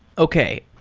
okay.